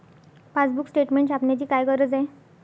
Passbook statement छापण्याची काय गरज आहे?